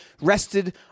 rested